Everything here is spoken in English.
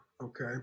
Okay